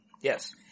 Yes